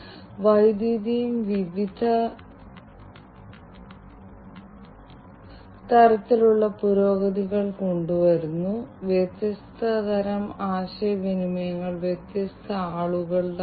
അതിനാൽ ഭൂഗർഭ ഖനികൾ വാതക നിരീക്ഷണത്തിനുള്ള വ്യാവസായിക IoT ആപ്ലിക്കേഷനുകൾ വളരെ പ്രധാനപ്പെട്ട ഒരു ആപ്ലിക്കേഷനാണ്